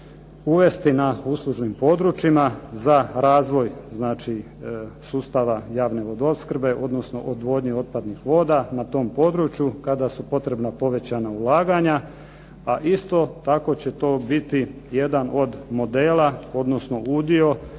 uvesti na uslužnim područjima za razvoj znači sustava javne vodoopskrbe, odnosno odvodnje otpadnih voda na tom području kada su potrebna povećana ulaganja. A isto tako će to biti jedan od modela, odnosno udio